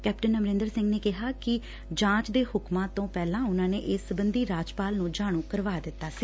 captain Amarinder Singh ਨੇ ਕਿਹਾ ਕਿ ਜਾਂਚ ਦੇ ਹੁਕਮਾਂ ਤੋਂ ਪਹਿਲਾਂ ਉਨਾਂ ਨੇ ਇਸ ਸਬੰਧੀ ਰਾਜਪਾਲ ਨੂੰ ਜਾਣ ਕਰਵਾ ਦਿੱਤਾ ਸੀ